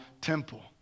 temple